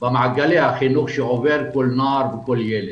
במעגלי החינוך שעובר כל נער וכל ילד.